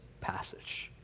passage